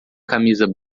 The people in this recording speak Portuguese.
camiseta